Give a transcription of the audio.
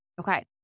Okay